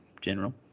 general